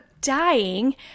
dying